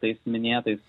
tais minėtais